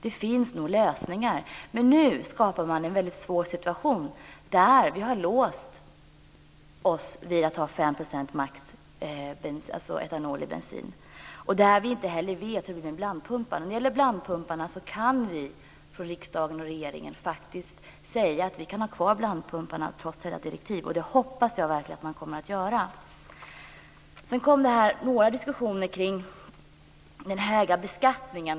Det finns lösningar, men nu har man skapat en väldigt svår situation. Vi har låst fast oss vid att ha max 5 % etanol i bensin. Vi vet inte heller hur det är med blandpumparna. Men när det gäller dessa kan faktiskt vi från riksdagen och regeringen säga att vi kan ha kvar blandpumparna trots EU:s direktiv, och det hoppas jag verkligen att man kommer att göra. Sedan togs det upp några diskussioner kring den höga beskattningen.